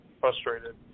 frustrated